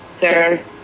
Sir